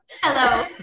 Hello